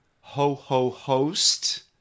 ho-ho-host